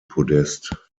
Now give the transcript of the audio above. podest